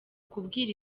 kubwira